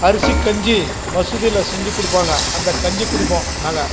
அரிசிக் கஞ்சி மசூதியில் செஞ்சு கொடுப்பாங்க அந்த கஞ்சி குடிப்போம் நாங்கள்